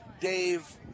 Dave